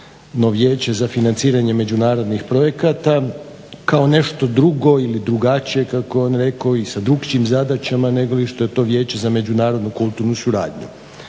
Vijeće za financiranje međunarodnih projekata kao nešto drugo ili drugačije kako on rekao i sa drukčijim zadaćama negoli što je to Vijeće za međunarodnu kulturnu suradnju.